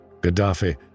Gaddafi